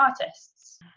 artists